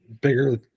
bigger